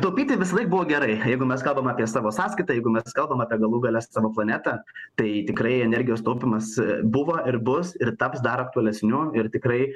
taupyti visąlaik buvo gerai jeigu mes kalbam apie savo sąskaitą jeigu mes kalbam apie galų gale savo planetą tai tikrai energijos taupymas buvo ir bus ir taps dar aktualesniu ir tikrai